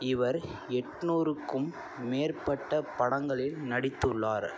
இவர் எண்நூறுக்கும் மேற்பட்ட படங்களில் நடித்துள்ளார்